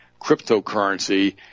cryptocurrency